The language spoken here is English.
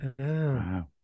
wow